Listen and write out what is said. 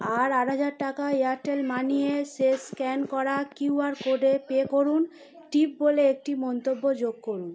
আর আট হাজার টাকা এয়ারটেল মানি এ শেষ স্ক্যান করা কিউআর কোডে পে করুন টিপ বলে একটি মন্তব্য যোগ করুন